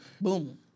Boom